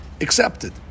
accepted